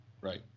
right